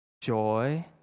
joy